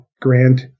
Grant